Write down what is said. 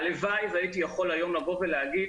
הלוואי והייתי יכול היום לבוא ולהגיד